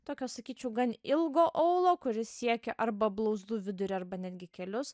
tokio sakyčiau gan ilgo aulo kuris siekia arba blauzdų vidurį arba netgi kelius